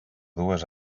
dues